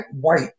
white